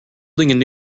building